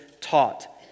taught